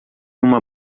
uma